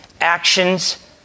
actions